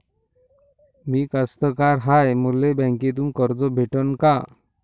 मी कास्तकार हाय, मले बँकेतून कर्ज भेटन का?